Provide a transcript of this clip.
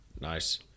Nice